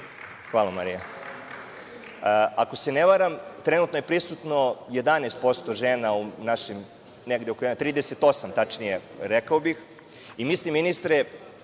šlemovima“. Ako se ne varam, trenutno je prisutno 11% žena u našim, negde oko 38 tačnije, rekao bih, i mislim, ministre,